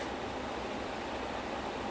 oh okay